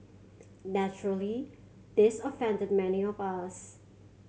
naturally this offended many of us